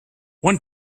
one